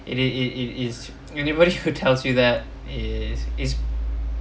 it it it it is anybody who tells you that is is